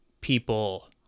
people